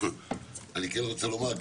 אני כן רוצה לומר,